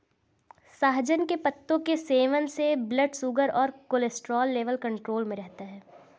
सहजन के पत्तों के सेवन से ब्लड शुगर और कोलेस्ट्रॉल लेवल कंट्रोल में रहता है